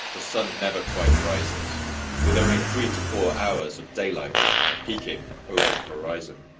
the sun never quite rises with only three to four hours of daylight peeking over the horizon.